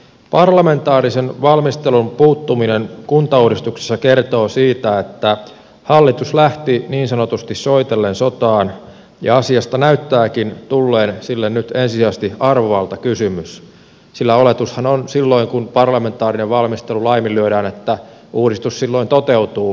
parlamentaarisen valmistelun puuttuminen kuntauudistuksessa kertoo siitä että hallitus lähti niin sanotusti soitellen sotaan ja asiasta näyttääkin tulleen sille nyt ensisijaisesti arvovaltakysymys sillä oletushan on silloin kun parlamentaarinen valmistelu laiminlyödään että uudistus toteutuu hallituskaudella